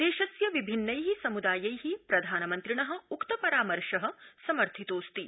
देशस्य विभिन्नै सम्दायै प्रधानमन्त्रिण उक्त परामर्श समर्थितोऽस्ति